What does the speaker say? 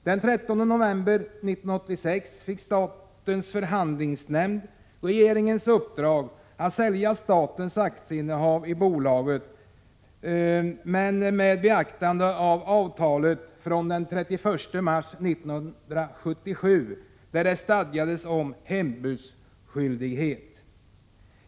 Den 13 november 1986 fick statens förhandlingsnämnd regeringens uppdrag att sälja statens aktieinnehav i bolaget men med beaktande av avtalet från den 31 mars 1977, där det stadgas om hembudsskyldighet.